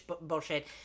bullshit